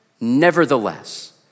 nevertheless